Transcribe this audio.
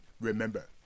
remember